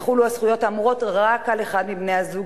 יחולו הזכויות האמורות רק על אחד מבני-הזוג,